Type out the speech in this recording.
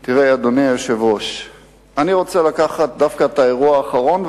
אני רוצה לקחת דווקא את האירוע האחרון,